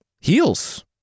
Heels